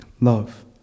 love